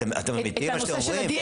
אתם אמתיים במה שאתם אומרים?